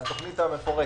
על התוכנית המפורטת.